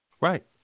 Right